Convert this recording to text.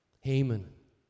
Haman